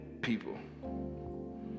people